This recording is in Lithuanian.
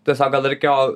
tiesa gal reikėjo